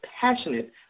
passionate